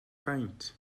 beint